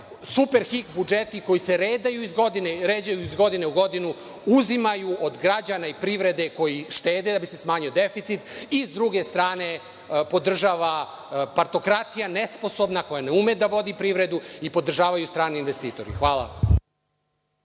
superhik budžeti, koji se ređaju iz godine u godinu, uzimaju od građana i privrede koji štede da bi se smanjio deficit i, s druge strane, podržava partokratija nesposobna, koja ne ume da vodi privredu, i podržavaju strani investitori. Hvala.